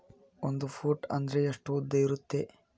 ಒಂದು ಫೂಟ್ ಅಂದ್ರೆ ಎಷ್ಟು ಉದ್ದ ಇರುತ್ತದ?